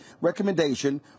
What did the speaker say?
recommendation